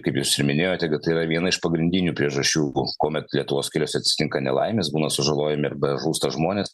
kaip jūs ir minėjote kad tai yra viena iš pagrindinių priežasčių kuomet lietuvos keliuose atsitinka nelaimės būna sužalojami arba žūsta žmonės